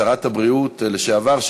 שרת הבריאות לשעבר,